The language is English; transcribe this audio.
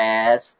Yes